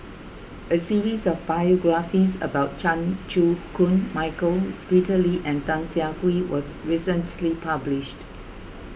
a series of biographies about Chan Chew Koon Michael Peter Lee and Tan Siah Kwee was recently published